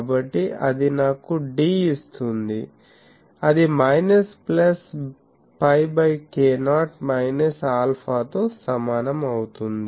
కాబట్టి అది నాకు d ఇస్తుంది అది minus plus pi by k0 minus ఆల్ఫాతో సమానం అవుతుంది